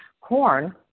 corn